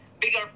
bigger